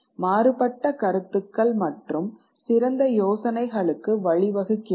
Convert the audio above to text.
மாறுபட்ட கருத்துக்கள் மற்றும் சிறந்த யோசனைகளுக்கு வழிவகுக்கிறது